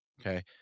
okay